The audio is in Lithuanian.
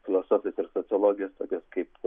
filosofės ir sociologės tokios kaip